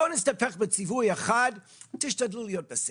אז בואו נסתפק בציווי אחד ותשתדלו להיות בסדר.